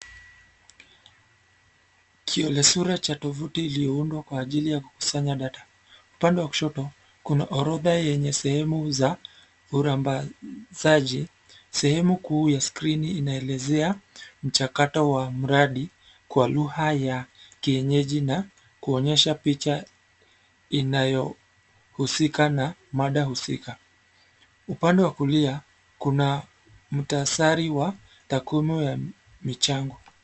Kiolesura cha tovuti iliyoundwa kwa ajili ya kukusanya data , upande wa kushoto, kuna orodha yenye sehemu za, uramba, zaji, sehemu kuu ya skrini inaelezea, mchakato wa mradi, kwa lugha ya, kienyeji na, kuonyesha picha, inayo, husika na mada husika, upande wa kulia, kuna, mtasari wa, takwimu ya, michango.